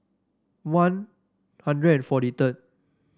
One Hundred forty third